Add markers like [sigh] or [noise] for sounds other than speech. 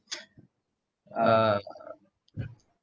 [noise] uh [noise]